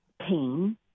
pain